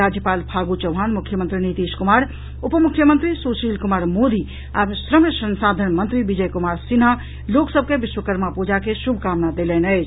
राज्यपाल फागु चौहान मुख्यमंत्री नीतीश कुमार उपमुख्यमंत्री सुशील कुमार मोदी आ श्रम संसाधन मंत्री विजय कुमार सिन्हा लोक सभ के विश्वकर्मा पूजा के शुभकामना देलनि अछि